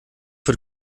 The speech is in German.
wird